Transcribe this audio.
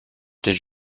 did